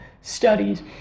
studies